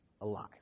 alive